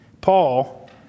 Paul